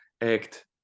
act